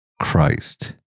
Christ